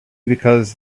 because